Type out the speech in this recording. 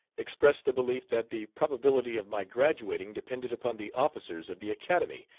expressed the belief that the probability of my graduating depended upon the officers of the academy,